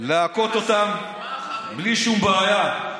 להכות אותם בלי שום בעיה.